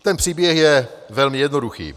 Ten příběh je velmi jednoduchý.